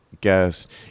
guest